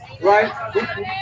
right